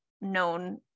known